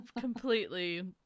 completely